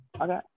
Okay